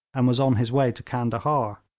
and was on his way to candahar.